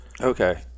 Okay